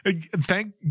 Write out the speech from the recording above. thank